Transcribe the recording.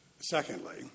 secondly